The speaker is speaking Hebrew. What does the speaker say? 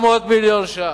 700 מיליון שקלים.